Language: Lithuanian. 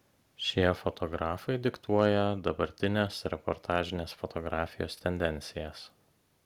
šie fotografai diktuoja dabartinės reportažinės fotografijos tendencijas